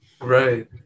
Right